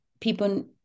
people